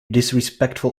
disrespectful